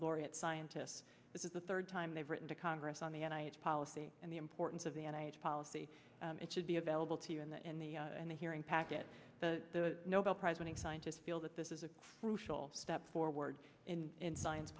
laureate scientists this is the third time they've written to congress on the i its policy and the importance of the n h s policy it should be available to you in the in the in the hearing packet the nobel prize winning scientist feel that this is a crucial step forward in science